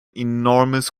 enormous